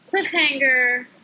cliffhanger